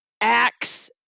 acts